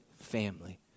family